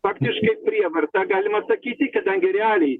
faktiškai prievarta galima atsakyti kadangi realiai